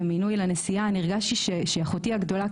המינוי לנשיאה הרגשתי כמו שאחותי הגדולה,